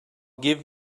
give